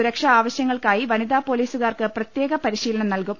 സുരക്ഷാ ആവശ്യങ്ങൾക്കായി വനിതാ പൊലീസു കാർക്ക് പ്രത്യേക പരിശീലനം നൽകും